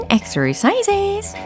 Exercises